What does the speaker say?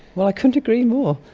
well, i couldn't agree more,